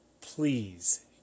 please